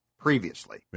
previously